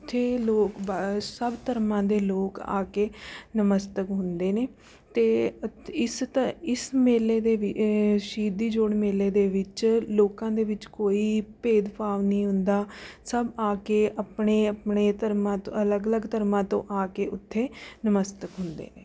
ਉੱਥੇ ਲੋਕ ਬ ਸਭ ਧਰਮਾਂ ਦੇ ਲੋਕ ਆ ਕੇ ਨਤਮਸਤਕ ਹੁੰਦੇ ਨੇ ਅਤੇ ਇਸ ਧਰ ਇਸ ਮੇਲੇ ਦੇ ਵਿੱ ਸ਼ਹੀਦੀ ਜੋੜ ਮੇਲੇ ਦੇ ਵਿੱਚ ਲੋਕਾਂ ਦੇ ਵਿੱਚ ਕੋਈ ਭੇਦ ਭਾਵ ਨਹੀਂ ਹੁੰਦਾ ਸਭ ਆ ਕੇ ਆਪਣੇ ਆਪਣੇ ਧਰਮਾਂ ਅਲੱਗ ਅਲੱਗ ਧਰਮਾਂ ਤੋਂ ਆ ਕੇ ਉੱਥੇ ਨਤਮਸਤਕ ਹੁੰਦੇ ਨੇ